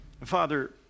Father